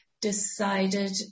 decided